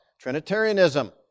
Trinitarianism